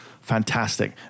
Fantastic